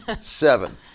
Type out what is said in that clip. seven